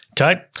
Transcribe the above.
Okay